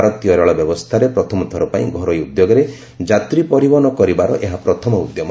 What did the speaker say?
ଭାରତୀୟ ରେଳ ବ୍ୟବସ୍ଥାରେ ପ୍ରଥମଥର ପାଇଁ ଘରୋଇ ଉଦ୍ୟୋଗରେ ଯାତ୍ରୀ ପରିବହନ କରିବାର ଏହା ପ୍ରଥମ ଉଦ୍ୟମ